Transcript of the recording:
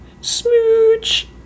Smooch